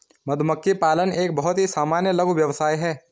मधुमक्खी पालन एक बहुत ही सामान्य लघु व्यवसाय है